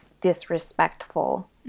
Disrespectful